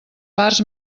parts